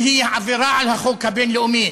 שהן עבירה על החוק הבין-לאומי.